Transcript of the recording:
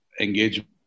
engagement